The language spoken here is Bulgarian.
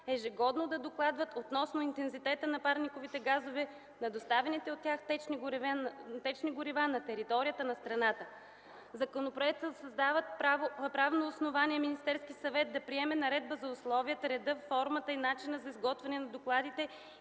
ежегодно да докладват относно интензитета на парниковите газове на доставяните от тях течни горива на територията на страната. Законопроектът създава правно основание Министерският съвет да приеме наредба за условията, реда, формата и начина за изготвяне на докладите